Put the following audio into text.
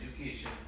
education